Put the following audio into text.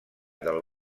del